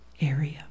area